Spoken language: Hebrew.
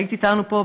היית איתנו פה,